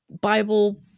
Bible